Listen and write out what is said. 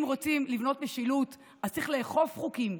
אם רוצים לבנות משילות, אז צריך לאכוף חוקים.